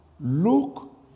look